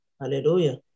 hallelujah